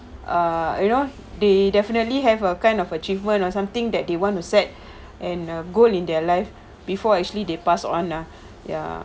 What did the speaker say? uh you know they definitely have a kind of achievement or something that they want to set and a goal in their life before actually they pass on lah ya